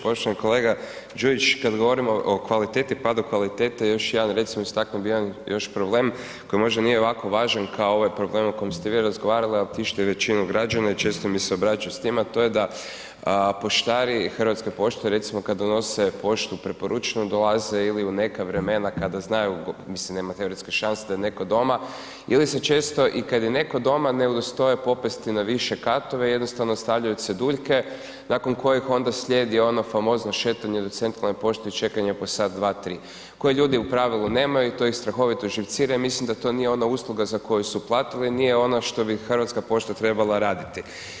Poštovani kolega Đujić, kad govorimo o kvaliteti, padu kvalitete, još jedan, recimo istaknuo bi jedan još problem koji možda nije ovako važan kao ovaj problem o kojem ste vi razgovarali, ali tišti većinu građana i često mi se obraćaju s tim, a to je da poštari Hrvatske pošte recimo kad donose poštu preporučeno dolaze ili u neka vremena kada znaju, mislim nema teoretske šanse da je netko doma, ili se često i kad je netko doma ne udostoje popesti na više katove, jednostavno ostavljaju ceduljke nakon kojih onda slijedi ono famozno šetanje do centralne pošte i čekanje po sat, dva, tri, koje ljudi u pravilu nemaju, to ih strahovito živcira i mislim da to nije ona usluga za koju su platili, nije ono što bi Hrvatska pošta trebala raditi.